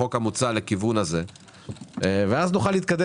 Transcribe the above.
ננסה לטייב את הצעת החוק לכיוון הזה ואז נוכל להתקדם.